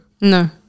No